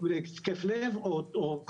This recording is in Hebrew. ככל